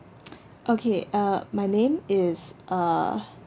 okay uh my name is uh